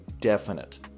definite